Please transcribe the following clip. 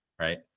right